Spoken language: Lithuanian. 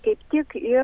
kaip tik ir